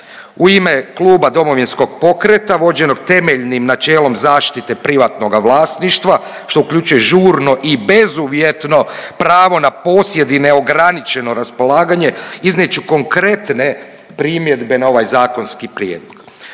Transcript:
u ime Kluba Domovinskog pokreta vođenog temeljnim načelom zaštite privatnoga vlasništva što uključuje žurno i bezuvjetno pravo na posjed i neograničeno raspolaganje iznijet ću konkretne primjedbe na ovaj zakonski prijedlog.